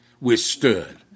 withstood